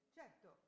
certo